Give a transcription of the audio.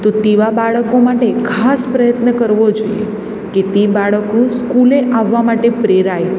તો તેવા બાળકો માટે ખાસ પ્રયત્ન કરવો જોઈએ કે તે બાળકો સ્કૂલે આવવા માટે પ્રેરાય